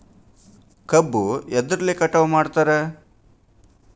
ಕಬ್ಬು ಎದ್ರಲೆ ಕಟಾವು ಮಾಡ್ತಾರ್?